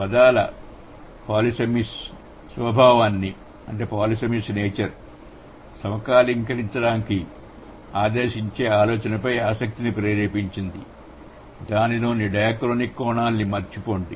పదాల పాలిసెమస్ స్వభావాన్ని సమకాలీకరించమని ఆదేశించాలనే ఆలోచనపై ఆసక్తిని ప్రేరేపించింది దానిలోని డయాక్రోనిక్ కోణాన్ని మరచిపోండి